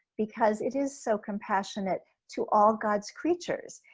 because it is so compassionate to all god's creatures.